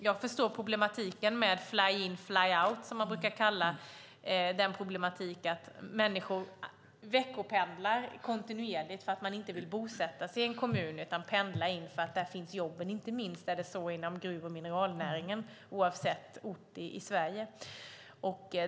Jag förstår problemet med fly-in/fly-out, som man brukar kalla det när människor veckopendlar kontinuerligt för att man inte vill bosätta sig i en kommun utan pendlar dit där det finns jobb. Det är så inte minst inom gruv och mineralnäringen, oavsett ort i Sverige.